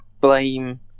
blame